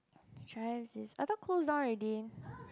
I thought closed down already